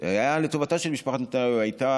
היה לטובתה של משפחת נתניהו אם הייתה